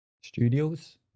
Studios